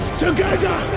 together